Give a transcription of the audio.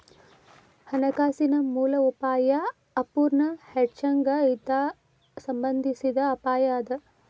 ಹಣಕಾಸಿನ ಮೂಲ ಅಪಾಯಾ ಅಪೂರ್ಣ ಹೆಡ್ಜಿಂಗ್ ಇಂದಾ ಸಂಬಂಧಿಸಿದ್ ಅಪಾಯ ಅದ